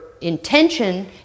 intention